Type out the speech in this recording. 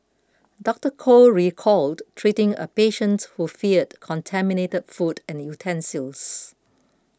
Doctor Koh recalled treating a patient who feared contaminated food and utensils